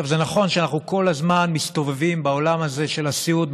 זה נכון שאנחנו כל הזמן מסתובבים בעולם הזה של הסיעוד,